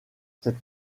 cette